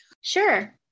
Sure